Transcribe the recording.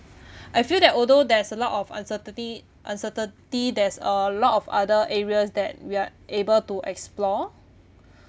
I feel that although there's a lot of uncertainty uncertainty there's a lot of other areas that we are able to explore